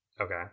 Okay